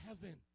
heaven